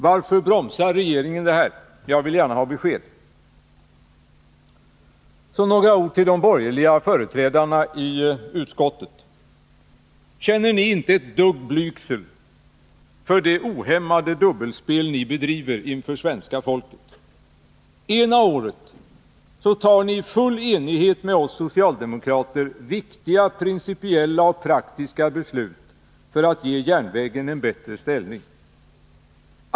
Varför bromsar regeringen detta? Jag vill gärna ha besked. Jag vill också säga några ord till de borgerliga företrädarna i utskottet. Känner ni inte ett dugg blygsel för det ohämmade dubbelspel ni bedriver inför svenska folket? Ena året fattar ni i full enighet med oss socialdemokrater viktiga principiella och praktiska beslut för att ge järnvägen en bättre ställning.